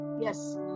Yes